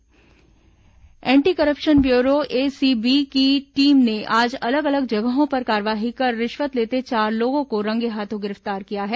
ACB कार्रवाई anti corruption bureau ACB की team ने आज अलग अलग जगहों पर कार्रवाई कर रिश्वत लेते चार लोगों को रंगेहाथों गिरफ्तार किया है